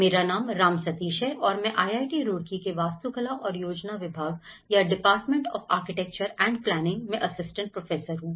मेरा नाम राम सतीश है और मैं आईआईटी रुड़की के वास्तुकला और योजना विभाग या department of architecture and planning में असिस्टेंट प्रोफेसर हूं